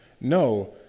No